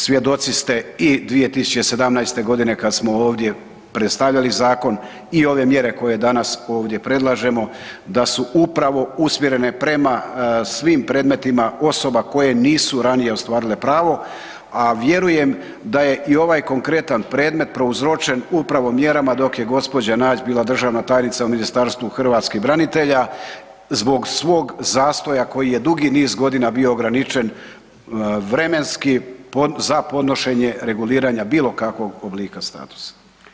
Svjedoci ste i 2017. godine kad smo ovdje predstavljali zakon i ove mjere koje danas ovdje predlažemo da su upravo usmjerene prema svim predmetima osoba koje nisu ranije ostvarile pravo, a vjerujem da je i ovaj konkretan predmet prouzročen upravo mjerama dok je gospođa Nađ bila državna tajnica u Ministarstvu hrvatskih branitelja zbog svoj zastoja koji je dugi niz godina bio ograničen vremenski za podnošenje reguliranja bilo kakvog oblika statusa.